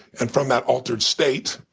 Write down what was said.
and from that altered state,